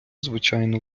звичайно